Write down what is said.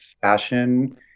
fashion